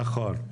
נכון.